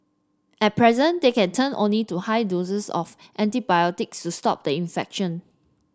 at present they can turn only to high doses of antibiotics to stop the infection